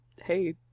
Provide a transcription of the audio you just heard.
hey